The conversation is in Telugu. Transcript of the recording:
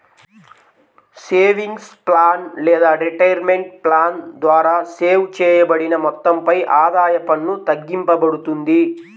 సేవింగ్స్ ప్లాన్ లేదా రిటైర్మెంట్ ప్లాన్ ద్వారా సేవ్ చేయబడిన మొత్తంపై ఆదాయ పన్ను తగ్గింపబడుతుంది